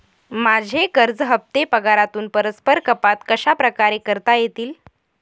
माझे कर्ज हफ्ते पगारातून परस्पर कपात कशाप्रकारे करता येतील?